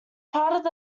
part